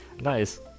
Nice